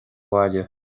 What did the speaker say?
bhaile